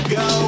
go